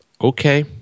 okay